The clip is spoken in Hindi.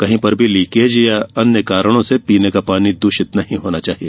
कहीं पर भी लीकेज या अन्य कारणों से पीने का पानी दूषित नहीं होना चाहिए